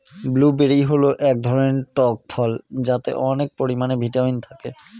blueberry হল এক ধরনের টক ফল যাতে অনেক পরিমানে ভিটামিন থাকে